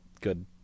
good